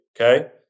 okay